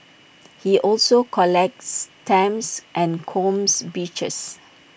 he also collects stamps and combs beaches